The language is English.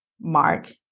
mark